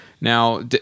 Now